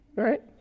Right